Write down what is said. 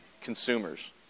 consumers